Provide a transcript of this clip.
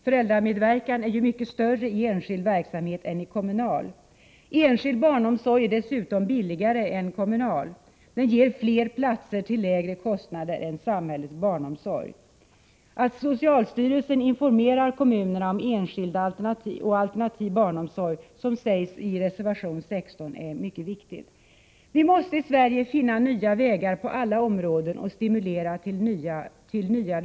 Föräldramedverkan är ju mycket större i enskild verksamhet än i kommunal. Enskild barnomsorg är dessutom billigare än kommunal. Den ger fler platser till lägre kostnader än samhällets barnomsorg. Att socialstyrelsen informerar kommunerna om enskild och alternativ barnomsorg såsom sägs i reservation 16 är mycket viktigt. Vi måste i Sverige finna nya vägar på alla områden och stimulera till nya lösningar.